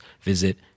visit